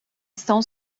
estão